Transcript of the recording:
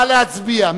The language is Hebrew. לסעיף 5 לחוק.